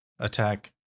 attack